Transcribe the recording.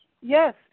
Yes